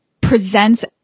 presents